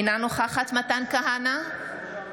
אינה נוכחת מתן כהנא,